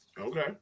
Okay